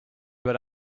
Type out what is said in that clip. but